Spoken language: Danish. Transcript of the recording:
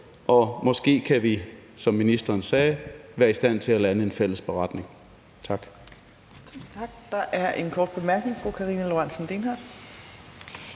og måske kan vi, som ministeren sagde, være i stand til at lande en fælles beretning. Tak.